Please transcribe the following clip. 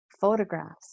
photographs